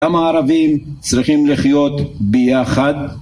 כמה ערבים צריכים לחיות ביחד?